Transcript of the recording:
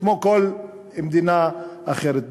כמו כל מדינה אחרת בעולם.